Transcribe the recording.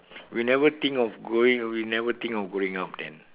we never think of growing we never think of growing up then